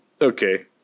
okay